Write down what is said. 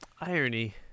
irony